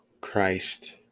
Christ